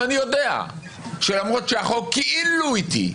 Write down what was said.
ואני יודע שלמרות שהחוק כאילו איתי,